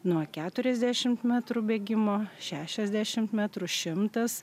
nuo keturiasdešimt metrų bėgimo šešiasdešimt metrų šimtas